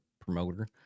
promoter